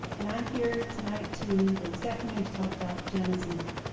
and i'm here tonight to, or this afternoon, to talk about janice nettie.